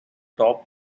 top